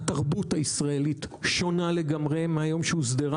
התרבות הישראלית שונה לגמרי מן היום שהוסדרה